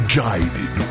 guided